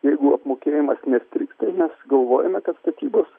jeigu apmokėjimas nestrigs tai mes galvojame kad statybos